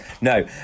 No